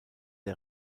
der